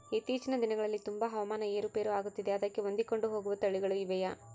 ಇತ್ತೇಚಿನ ದಿನಗಳಲ್ಲಿ ತುಂಬಾ ಹವಾಮಾನ ಏರು ಪೇರು ಆಗುತ್ತಿದೆ ಅದಕ್ಕೆ ಹೊಂದಿಕೊಂಡು ಹೋಗುವ ತಳಿಗಳು ಇವೆಯಾ?